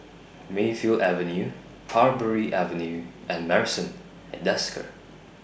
Mayfield Avenue Parbury Avenue and Marrison At Desker